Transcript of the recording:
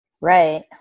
Right